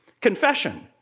Confession